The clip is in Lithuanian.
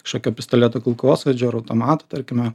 kažkokio pistoleto kulkosvaidžio ar automato tarkime